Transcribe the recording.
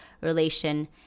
relation